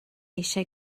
eisiau